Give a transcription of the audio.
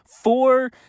four